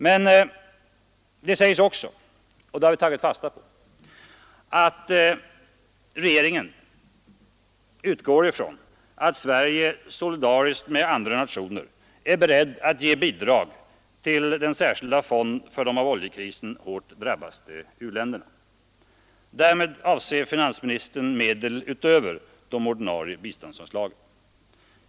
Men det sägs också — och det har vi tagit fasta på — att regeringen utgår från att Sverige solidariskt med andra nationer är berett att ge bidrag till den särskilda fonden för de av oljekrisen hårdast drabbade u-länderna. Därmed avser finansministern medel utöver de ordinarie biståndsanslagen.